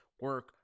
Work